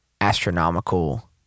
astronomical